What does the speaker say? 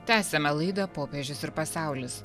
tęsiame laidą popiežius ir pasaulis